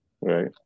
Right